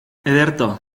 ederto